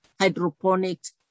hydroponics